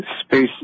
space